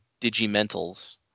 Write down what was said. Digimentals